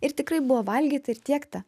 ir tikrai buvo valgyta ir tiekta